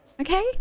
okay